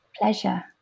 Pleasure